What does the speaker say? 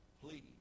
Please